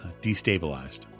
destabilized